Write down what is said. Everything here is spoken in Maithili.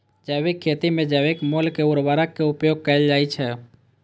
जैविक खेती मे जैविक मूल के उर्वरक के उपयोग कैल जाइ छै